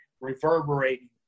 reverberating